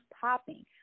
popping